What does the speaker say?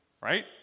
right